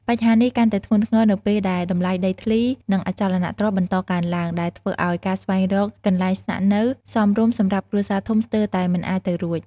បញ្ហានេះកាន់តែធ្ងន់ធ្ងរនៅពេលដែលតម្លៃដីធ្លី និងអចលនទ្រព្យបន្តកើនឡើង ដែលធ្វើឱ្យការស្វែងរកកន្លែងស្នាក់នៅសមរម្យសម្រាប់គ្រួសារធំស្ទើរតែមិនអាចទៅរួច។